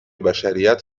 بشریت